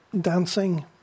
dancing